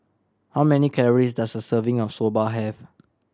how many calories does a serving of Soba have